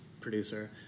producer